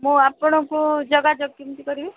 ମୁଁ ଆପଣଙ୍କୁ ଯୋଗାଯୋଗ କେମିତି କରିବି